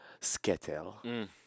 Sketel